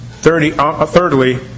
thirdly